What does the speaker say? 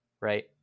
right